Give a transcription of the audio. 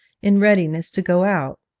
in readiness to go out.